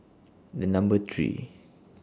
The Number three